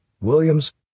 Williams